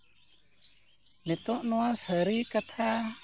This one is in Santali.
ᱱᱤᱛᱳᱜ ᱱᱚᱣᱟ ᱥᱟᱹᱨᱤ ᱠᱟᱛᱷᱟ